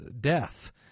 death